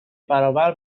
برابر